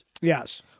Yes